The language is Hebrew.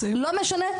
לא משנה.